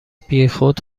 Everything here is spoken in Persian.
بیخود